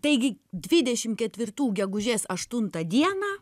taigi dvidešim ketvirtų gegužės aštuntą dieną